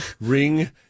ring